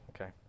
Okay